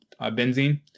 benzene